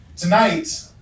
Tonight